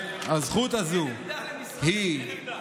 הזכות הזו היא, אין עמדה למשרד הפנים.